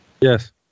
Yes